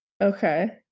Okay